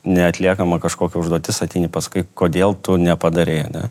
neatliekama kažkokia užduotis ateini paskui kodėl tu nepadarei ane